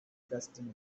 destiny